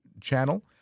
channel